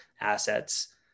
assets